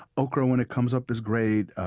okra when it comes up is great,